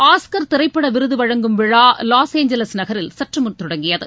Oscar திரைப்பட விருது வழங்கும் விழா லாஸ் ஏஞ்சல்ஸ் நகரில் சற்று முன் தொடங்கியது